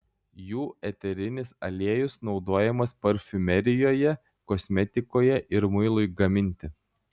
jų eterinis aliejus naudojamas parfumerijoje kosmetikoje ir muilui gaminti